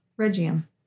Regium